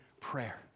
prayer